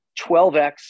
12x